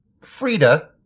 Frida